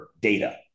data